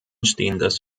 stehendes